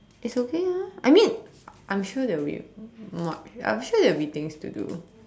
it's okay lah I mean I am sure there will be much I am sure there will be things to do